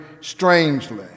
strangely